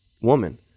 woman